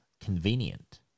Convenient